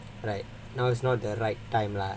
right now is not the right time lah